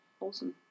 awesome